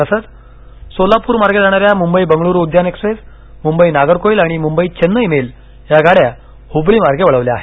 तसंच सोलापूर मार्गे जाणाऱ्या मुंबई बंगळूरू उद्यान एक्स्प्रेस मुंबई नागरकोइल आणि मुंबई चेन्नई मेल या गाड्या हुबळी मार्गे बळवल्या आहेत